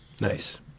nice